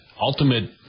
ultimate